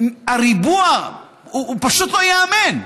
הריבוע הוא פשוט לא ייאמן.